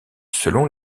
selon